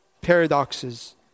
paradoxes